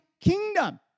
kingdom